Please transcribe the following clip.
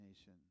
nation